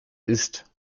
ist